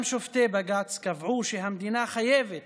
גם שופטי בג"ץ קבעו שהמדינה חייבת